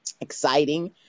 exciting